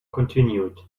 continued